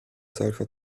solcher